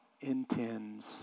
intends